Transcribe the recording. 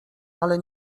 ale